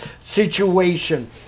situation